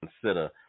consider